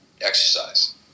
exercise